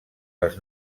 les